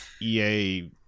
ea